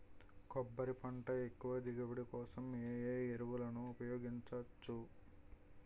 కొబ్బరి పంట ఎక్కువ దిగుబడి కోసం ఏ ఏ ఎరువులను ఉపయోగించచ్చు?